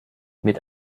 mit